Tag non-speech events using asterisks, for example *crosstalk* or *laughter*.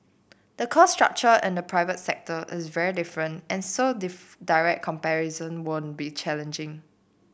the cost structure in the private sector is very different and so *unintelligible* direct comparisons would be challenging